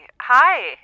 Hi